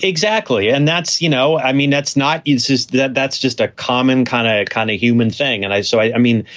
exactly. and that's, you know, i mean, that's not is is that that's just a common kind of a kind of human thing. and so, i mean,